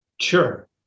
Sure